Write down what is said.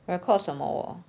record 什么 orh